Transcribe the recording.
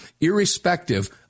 irrespective